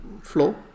flow